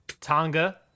Tonga